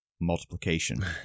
multiplication